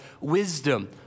wisdom